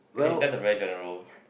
actually that's a very general